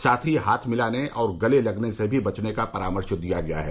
साथ ही हाथ मिलाने और गले लगने से भी बचने का परामर्श दिया गया है